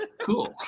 Cool